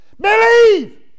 Believe